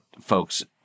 folks